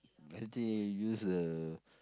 I think use the